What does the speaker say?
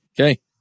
Okay